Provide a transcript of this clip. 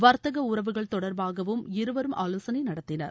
வர்த்தக உறவுகள் தொடர்பாகவும் இருவரும் ஆலோசனை நடத்தினார்